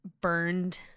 burned